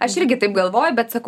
aš irgi taip galvojau bet sakau